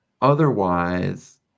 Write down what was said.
otherwise